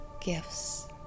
gifts